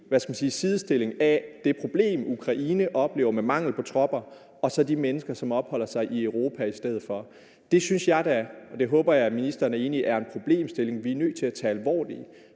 en-sidestilling af det problem, Ukraine oplever, med mangel på tropper og så de mennesker, der opholder sig i Europa i stedet for. Det synes jeg da – og det håber jeg at ministeren er enig i – er en problemstilling, vi er nødt til at tage alvorligt.